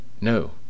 No